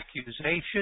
accusation